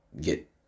get